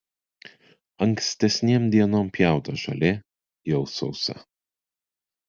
ankstesnėm dienom pjauta žolė jau sausa